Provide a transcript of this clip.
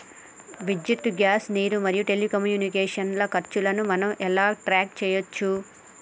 విద్యుత్ గ్యాస్ నీరు మరియు టెలికమ్యూనికేషన్ల ఖర్చులను మనం ఎలా ట్రాక్ చేయచ్చు?